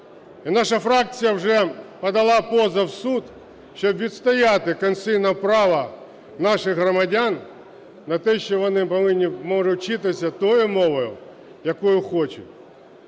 наша фракція вже подала позов в суд, щоб відстояти конституційне право наших громадян на те, що вони можуть вчитися тою мовою, якою хочуть.